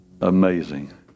Amazing